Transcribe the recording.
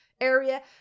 area